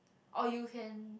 or you can